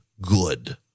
good